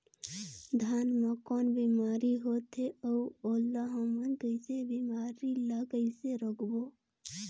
धान मा कौन बीमारी होथे अउ ओला हमन कइसे बीमारी ला कइसे रोकबो?